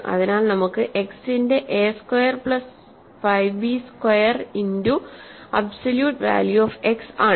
അതിനാൽ നമുക്ക് x ന്റെ A square plus 5 B square into absolute value of x ആണ്